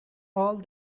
all